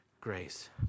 grace